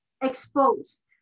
exposed